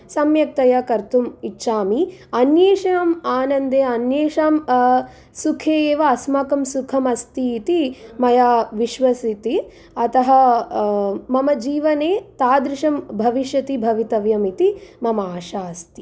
सम्यक्तया कर्तुम् इच्छामि अन्येषाम् आनन्दे अन्येषाम् सुखे एव अस्माकं सुखमस्ति इति मया विश्वसिति अतः मम जीवने तादृशं भविष्यति भवितव्यमिति मम आशा अस्ति